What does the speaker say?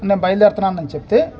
నేను బయలుదేరుతున్నానని చెప్తే